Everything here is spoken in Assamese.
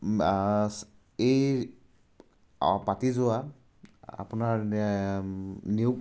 এই পাতি যোৱা আপোনাৰ নিয়োগ